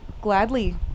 gladly